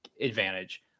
advantage